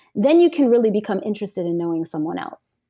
then you can really become interested in knowing someone else,